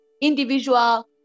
individual